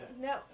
No